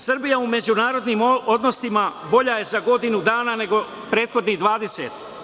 Srbija u međunarodnim odnosima bolja je za godinu dana, nego prethodnih 20.